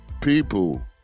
People